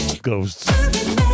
Ghosts